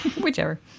Whichever